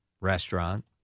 restaurant